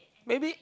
maybe